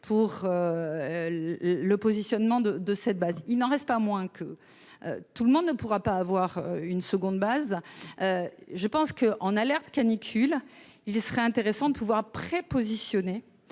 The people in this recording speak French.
pour le positionnement de de cette base, il n'en reste pas moins que tout le monde ne pourra pas avoir une seconde base je pense que en alerte canicule, il serait intéressant de pouvoir prépositionner